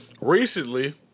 Recently